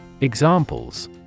Examples